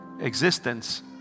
existence